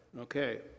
Okay